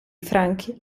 franchi